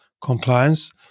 compliance